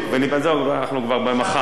עזוב, אנחנו כבר מחר.